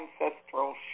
ancestral